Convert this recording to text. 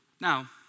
Now